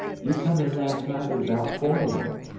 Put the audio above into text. you come in last night with baout forty of em.